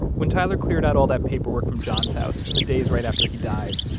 when tyler cleared out all that paperwork from john's house in the days right after he died,